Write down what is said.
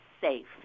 safe